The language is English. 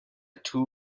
two